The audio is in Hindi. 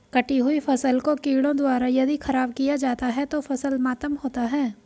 कटी हुयी फसल को कीड़ों द्वारा यदि ख़राब किया जाता है तो फसल मातम होता है